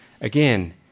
Again